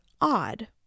odd